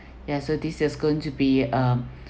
yes so this is going to be um